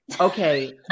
Okay